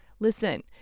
Listen